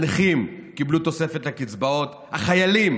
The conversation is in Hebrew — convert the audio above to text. הנכים קיבלו תוספת לקצבאות והחיילים